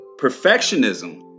perfectionism